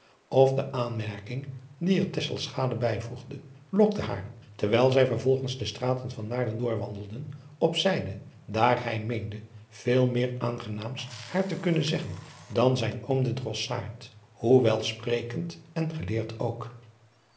of de aanmerking die er tesselschade bijvoegde lokte haar terwijl zij vervolgens de straken van naarden doorwandelden adriaan loosjes pzn het leven van hillegonda buisman op zijde daar hij meende veel meer aangenaams haar te kunnen zeggen dan zijn oom de drossaard hoe welsprekend en geleerd ook